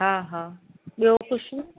हा हा ॿियो कुझु